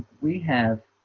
we have